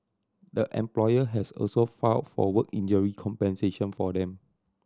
the employer has also file for work injury compensation for them